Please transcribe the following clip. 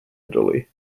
italy